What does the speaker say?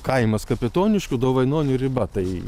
kaimas kapitoniškių dovainonių riba tai